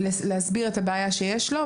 ולהסביר את הבעיה שיש לו.